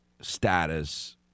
status